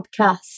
podcast